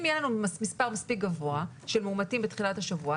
אם יהיה לנו מספר מספיק גבוה של מאומתים בתחילת השבוע,